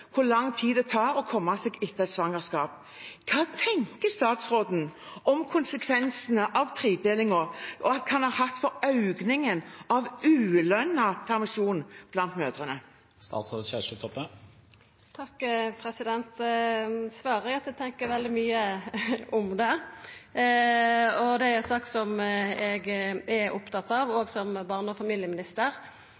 hvor lang tid det tar å komme seg etter et svangerskap. Hva tenker statsråden om konsekvensene tredelingen kan ha hatt for økningen av ulønnet permisjon blant mødrene? Svaret er at eg tenkjer veldig mykje om det. Det er ei sak eg som barne- og familieminister er opptatt av.